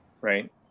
right